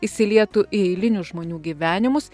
įsilietų į eilinių žmonių gyvenimus